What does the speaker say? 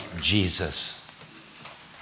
Jesus